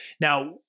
now